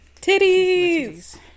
Titties